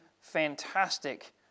fantastic